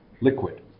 liquid